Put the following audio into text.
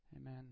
Amen